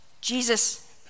Jesus